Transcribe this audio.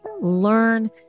learn